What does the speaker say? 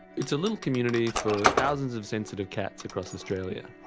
it's a little community for thousands of sensitive cats across australia,